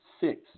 six